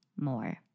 more